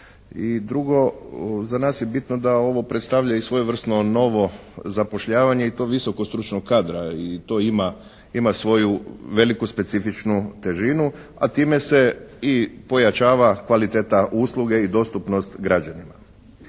I drugo, za nas je bitno da ovo predstavlja i svojevrsno novo zapošljavanje i to visokostručnog kadra i to ima svoju veliku specifičnu težinu, a time se i pojačava kvaliteta usluge i dostupnost građanima.